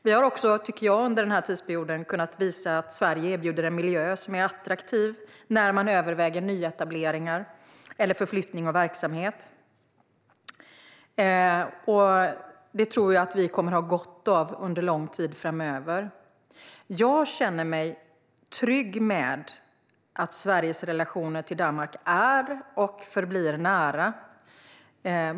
Vi har också, tycker jag, under denna tidsperiod kunnat visa att Sverige erbjuder en miljö som är attraktiv när man överväger nyetableringar eller förflyttning av verksamhet. Det tror jag att vi kommer att ha nytta av under en lång tid framöver. Jag känner mig trygg med att Sveriges relationer till Danmark är och förblir nära.